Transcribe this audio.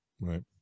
Right